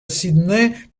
sydney